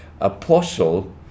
Apostle